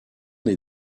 des